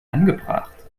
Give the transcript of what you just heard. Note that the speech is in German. angebracht